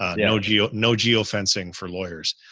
ah no geo, no geo-fencing for lawyers.